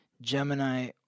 Gemini